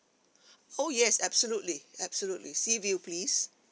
oh yes absolutely absolutely sea view please